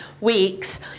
weeks